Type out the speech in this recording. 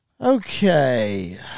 Okay